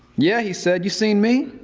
yeah, he said. you seen me?